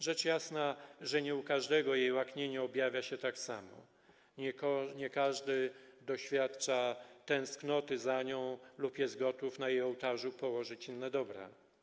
Rzecz jasna, że u nie każdego jej łaknienie objawia się tak samo, nie każdy doświadcza tęsknoty za nią lub jest gotów na jej ołtarzu położyć inne dobra.